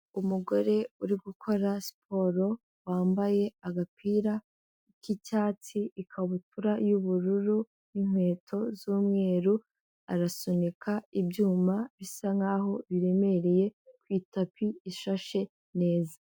Umugore uri gukora siporo wambaye agapira k'icyatsi, ikabutura y'ubururu n'inkweto z'umweru, arasunika ibyuma bisa nk'aho biremereye, ku itapi ishashe neza.